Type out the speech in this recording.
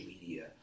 media